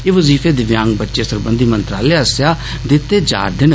एह् वजीफे दिव्यांग बच्चें सरबंधी मंत्रालय आस्सेआ दिते जा'रदे न